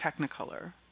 technicolor